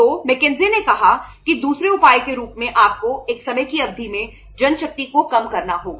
तो मैकिन्से ने कहा कि दूसरे उपाय के रूप में आपको एक समय की अवधि में जनशक्ति को कम करना होगा